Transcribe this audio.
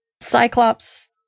Cyclops